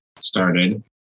started